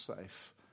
safe